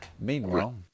Meanwhile